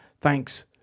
Thanks